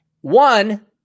one